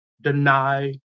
deny